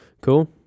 Cool